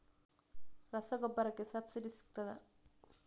ರಸಗೊಬ್ಬರಕ್ಕೆ ಸಬ್ಸಿಡಿ ಸಿಗ್ತದಾ?